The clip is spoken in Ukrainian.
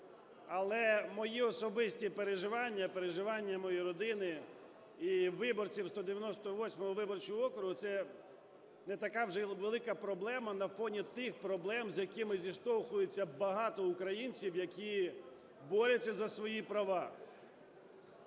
Але мої особисті переживання, переживання моєї родини і виборців 198 виборчого округу - це не така вже і велика проблема на фоні тих проблем, з якими зіштовхуються багато українців, які борються за свої права.